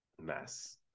Mess